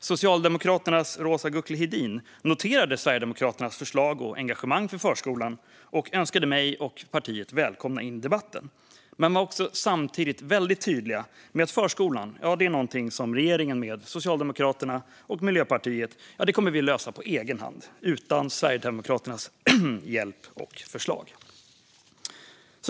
Socialdemokraternas Roza Güclü Hedin noterade Sverigedemokraternas förslag och engagemang för förskolan och önskade mig och partiet välkomna in i debatten men var samtidigt väldigt tydlig med att förskolan var någonting som regeringen med Socialdemokraterna och Miljöpartiet skulle lösa på egen hand, utan Sverigedemokraternas hjälp och förslag.